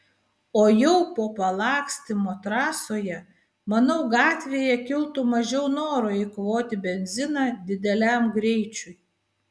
o jau po palakstymo trasoje manau gatvėje kiltų mažiau noro eikvoti benziną dideliam greičiui